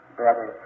Brother